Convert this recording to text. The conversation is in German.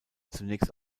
zunächst